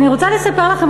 אני רוצה לספר לכם,